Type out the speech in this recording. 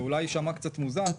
זה אולי יישמע קצת מוזר,